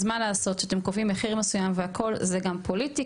אז מה לעשות שאתם קובעים מחיר מסוים והכל זה גם פוליטי,